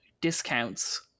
discounts